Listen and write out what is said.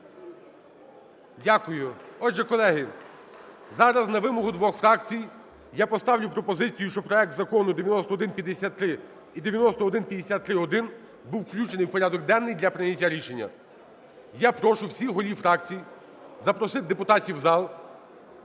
Дякую. Отже, колеги, зараз на вимогу двох фракцій я поставлю пропозицію, що проект Закону 9153 і 9153-1 був включений в порядок денний для прийняття рішення. Я прошу всіх голів фракцій запросити депутатів в зал